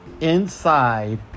inside